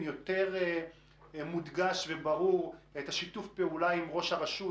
יותר מודגש וברור את שיתוף הפעולה עם ראש הרשות,